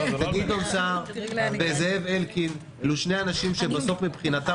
גדעון סער וזאב אלקין הם שני אנשים שבסוף מבחינתם